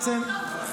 כמו נאום בכורה.